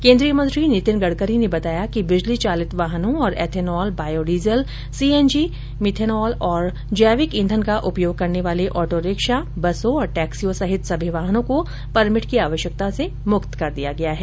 केन्द्रीय मंत्री नितिन गडकरी ने बताया कि बिजली चालित वाहनों तथा एथेनॉल बायोडीजल सीएनजी मिथेनॉल और जैविक ईधन का उपयोग करने वाले ऑटो रिक्शा बसों और टैक्सियों सहित सभी वाहनों को परमिट की आवश्यकता से मुक्त कर दिया गया है